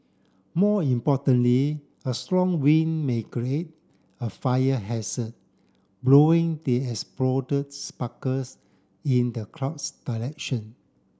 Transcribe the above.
more importantly a strong wind may create a fire hazard blowing the exploded sparkles in the crowd's direction